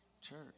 church